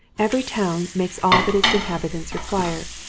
every town makes all that its inhabitants require,